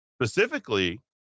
Specifically